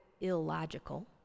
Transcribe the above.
illogical